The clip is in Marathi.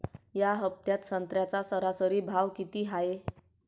या हफ्त्यात संत्र्याचा सरासरी भाव किती हाये?